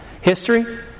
history